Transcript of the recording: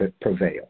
prevail